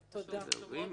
אתיופיה.